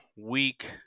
week